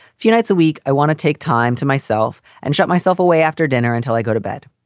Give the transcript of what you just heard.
few nights a week, i want to take time to myself and shut myself away after dinner until i go to bed.